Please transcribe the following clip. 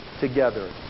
together